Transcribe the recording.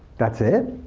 that's it?